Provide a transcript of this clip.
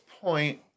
point